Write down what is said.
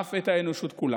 ואף את האנושות כולה.